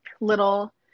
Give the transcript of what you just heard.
little